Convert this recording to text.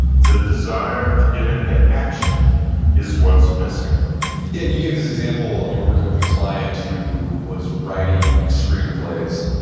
the desire to get into action is what's missing yeah, and you gave this example, you were working with a client who was writing like screenplays,